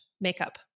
makeup